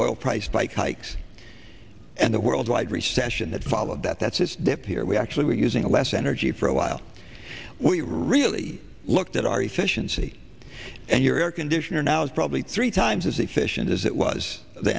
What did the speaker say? oil price spike hikes and the worldwide recession that followed that that says here we actually were using less energy for a while we really looked at our efficiency and your air conditioner now is probably three times as efficient as it was the